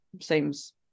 seems